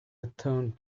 returned